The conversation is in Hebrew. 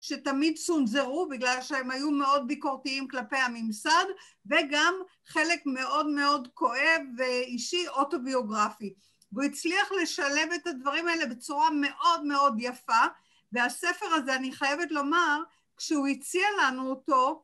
שתמיד צונזרו בגלל שהם היו מאוד ביקורתיים כלפי הממסד וגם חלק מאוד מאוד כואב ואישי אוטוביוגרפי. הוא הצליח לשלב את הדברים האלה בצורה מאוד מאוד יפה והספר הזה אני חייבת לומר, כשהוא הציע לנו אותו